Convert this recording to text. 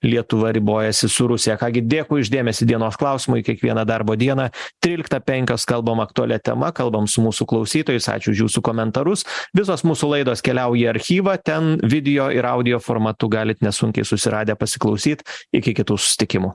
lietuva ribojasi su rusija ką gi dėkui už dėmesį dienos klausimui kiekvieną darbo dieną tryliktą penkios kalbam aktualia tema kalbam su mūsų klausytojais ačiū už jūsų komentarus visos mūsų laidos keliauja į archyvą ten video ir audio formatu galit nesunkiai susiradę pasiklausyt iki kitų susitikimų